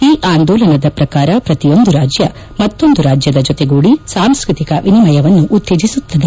ಈ ಆಂದೋಲನದ ಪ್ರಕಾರ ಪ್ರತಿಯೊಂದು ರಾಜ್ಯ ಮತ್ತೊಂದು ರಾಜ್ಯದ ಜೊತೆಗೂದಿ ಸಾಂಸ್ಟ್ಗತಿಕ ವಿನಿಮಯವನ್ನು ಉತ್ತೇಜಿಸುತ್ತದೆ